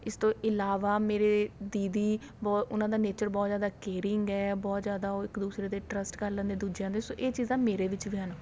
ਇਸ ਤੋਂ ਇਲਾਵਾ ਮੇਰੇ ਦੀਦੀ ਬਹੁ ਉਹਨਾਂ ਦਾ ਨੇਚਰ ਬਹੁਤ ਜ਼ਿਆਦਾ ਕੇਅਰਿੰਗ ਹੈ ਬਹੁਤ ਜ਼ਿਆਦਾ ਇੱਕ ਦੂਸਰੇ 'ਤੇ ਟਰੱਸਟ ਕਰ ਲੈਂਦੇ ਦੂਜਿਆਂ ਦੇ ਸੋ ਇਹ ਚੀਜ਼ਾਂ ਮੇਰੇ ਵਿੱਚ ਵੀ ਹਨ